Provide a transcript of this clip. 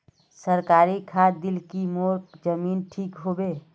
सरकारी खाद दिल की मोर जमीन ठीक होबे?